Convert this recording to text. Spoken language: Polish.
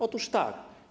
Otóż tak.